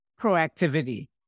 proactivity